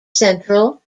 central